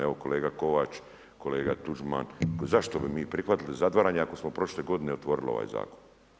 Evo, kolega Kovač, kolega Tuđman, zašto bi mi prihvatili zatvaranje ako smo prošle godine otvorili ovaj Zakon.